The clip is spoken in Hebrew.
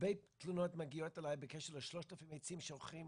הרבה תלונות מגיעות אלי בקשר ל-3,000 עצים שהולכים